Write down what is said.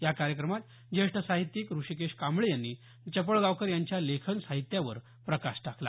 या कार्यक्रमात ज्येष्ठ साहित्यिक ऋषिकेश कांबळे यांनी चपळगावकर यांच्या लेखन साहित्यावर प्रकाश टाकला